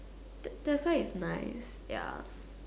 that that's why it's nice ya